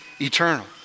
eternal